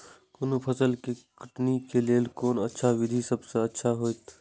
कोनो फसल के कटनी के लेल कोन अच्छा विधि सबसँ अच्छा होयत?